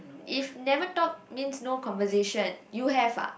if never talk means no conversation you have ah